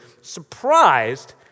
surprised